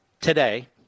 today